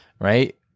right